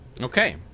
Okay